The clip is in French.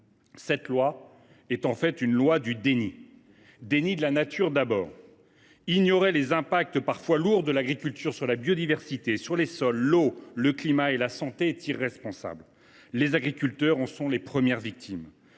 Cette loi est en fait une loi du déni. Un déni de la nature, d’abord : ignorer les conséquences parfois lourdes de l’agriculture sur la biodiversité, les sols, l’eau, le climat et la santé est irresponsable. Les agriculteurs en sont les premières victimes.